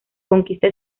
conquista